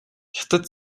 хятад